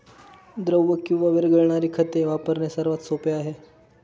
द्रव किंवा विरघळणारी खते वापरणे सर्वात सोपे आहे